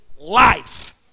life